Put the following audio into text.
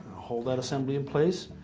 hold that assembly in place,